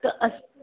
त अस